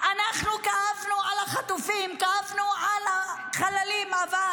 אנחנו כאבנו על החטופים, כאבנו על החללים, אבל